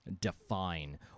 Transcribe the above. define